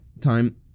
time